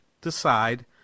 decide